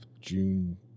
June